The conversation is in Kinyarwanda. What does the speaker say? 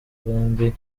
bombi